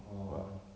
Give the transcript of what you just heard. oh